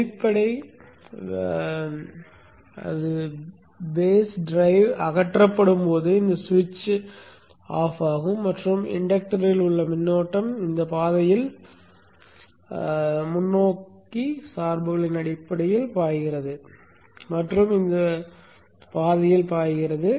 அடிப்படை இயக்கி அகற்றப்படும் போது இந்த சுவிட்ச் அணைக்கப்படும் மற்றும் இண்டக்டரில் உள்ள மின்னோட்டம் இந்த பாதையில் முன்னோக்கி சார்புகளின் அடிப்படையில் பாய்கிறது மற்றும் இந்த பாதையில் பாய்கிறது